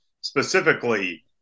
specifically –